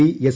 D S